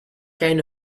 kind